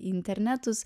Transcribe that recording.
į internetus